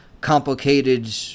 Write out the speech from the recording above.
complicated